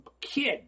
kid